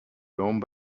rome